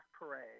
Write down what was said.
Parade